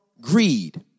greed